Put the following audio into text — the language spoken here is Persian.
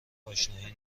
آشنایی